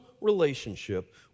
relationship